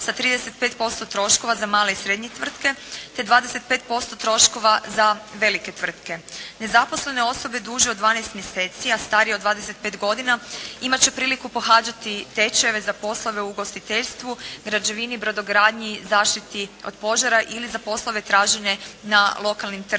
sa 35% troškova za male i srednje tvrtke, te 25% troškova za velike tvrtke. Nezaposlene osobe duže od 12 mjeseci, a starije od 25 godina imat će priliku pohađati tečajeve za poslove u ugostiteljstvu, građevini, brodogradnji, zaštiti od požara ili za poslove tražene na lokalnim tržištima.